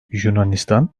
yunanistan